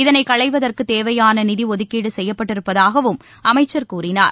இதனை களைவதற்கு தேவையான நிதி ஒதுக்கீடு செய்யப்பட்டிருப்பதாகவும் அமைச்சர் கூறினார்